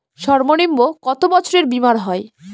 সর্বনিম্ন কত বছরের বীমার হয়?